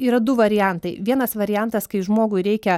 yra du variantai vienas variantas kai žmogui reikia